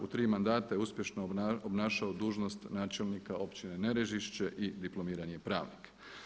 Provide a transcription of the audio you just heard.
U tri mandata je uspješno obnašao dužnost načelnika općine Nerežišće i diplomirani je pravnik.